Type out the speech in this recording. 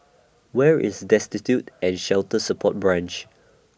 Where IS Destitute and Shelter Support Branch